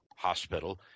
hospital